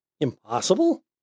impossible